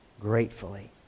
gratefully